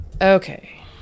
okay